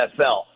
NFL